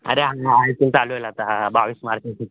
अरे I P L चालू होईल आता हा हा बावीस मार्च रोजी